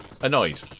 Annoyed